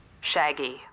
Shaggy